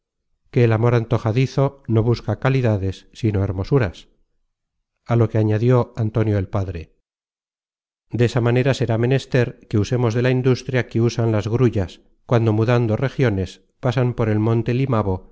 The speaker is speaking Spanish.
que el amor antojadizo no busca calidades sino hermosuras á lo que añadió antonio el padre desa manera será menester que usemos man content from google book search generated at de la industria que usan las grullas cuando mudando regiones pasan por el monte limabo